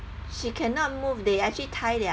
she cannot move they actually tie their